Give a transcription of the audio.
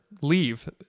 leave